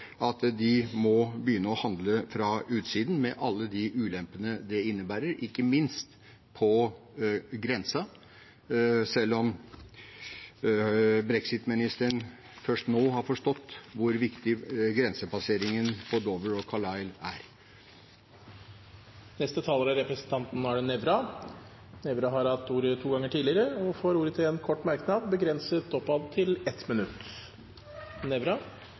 at de må begynne å handle fra utsiden, med alle de ulempene det innebærer, ikke minst på grensen, selv om brexit-ministeren først nå har forstått hvor viktig grensepasseringen på Dover–Calais er. Jeg vil først takke representanten